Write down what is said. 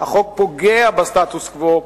החוק פוגע בסטטוס-קוו,